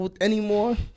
anymore